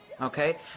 Okay